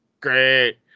great